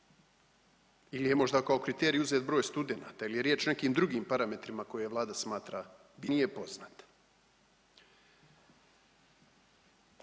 ili je možda kao kriterij uzet broj studenata ili je riječ o nekim drugim parametrima koje Vlada smatra bitnim, kriterij